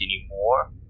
anymore